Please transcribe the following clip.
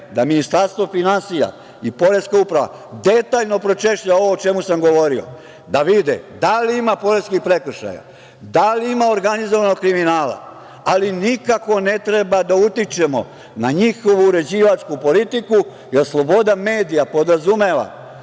da Ministarstvo finansija i Poreska uprava detaljno pročešlja ovo o čemu sam govorio, da vide da li ima poreskih prekršaja, da li ima organizovanog kriminala, ali nikako ne treba da utičemo na njihovu uređivačku politiku, jer sloboda medija podrazumeva